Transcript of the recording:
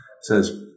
says